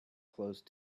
close